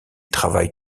travaille